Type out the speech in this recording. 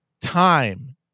time